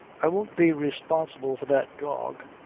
i won't be responsible for that dog,